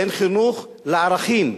אין חינוך לערכים,